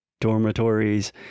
dormitories